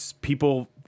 people